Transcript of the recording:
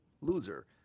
loser